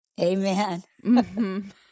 Amen